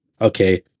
okay